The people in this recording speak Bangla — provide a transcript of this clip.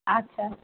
আচ্ছা